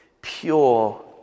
pure